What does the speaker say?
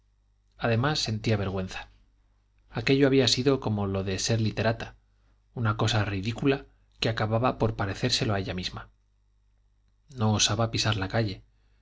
además sentía vergüenza aquello había sido como lo de ser literata una cosa ridícula que acababa por parecérselo a ella misma no osaba pisar la calle